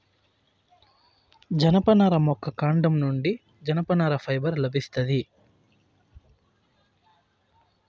జనపనార మొక్క కాండం నుండి జనపనార ఫైబర్ లభిస్తాది